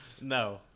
No